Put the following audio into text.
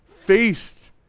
faced